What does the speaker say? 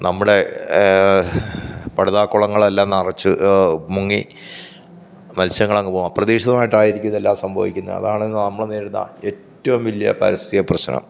നമ്മുടെ പടുതാക്കുളങ്ങളെല്ലാം നിറച്ച് മുങ്ങി മത്സ്യങ്ങളങ്ങ് പോ അപ്രതീഷിതമായിട്ടായിരിക്കും ഇതെല്ലാം സംഭവിക്കുന്നെ അതാണ് നമ്മള് നേരിടുന്ന ഏറ്റവും വലിയ പാരിസ്ഥിതിക പ്രശ്നം